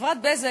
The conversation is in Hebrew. חברת "בזק"